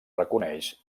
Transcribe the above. reconeix